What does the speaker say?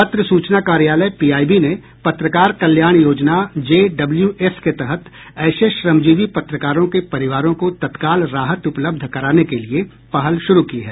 पत्र सूचना कार्यालय पीआईबी ने पत्रकार कल्याण योजना जे डब्ल्यू एस के तहत ऐसे श्रमजीवी पत्रकारों के परिवारों को तत्काल राहत उपलब्ध कराने के लिए पहल शुरु की है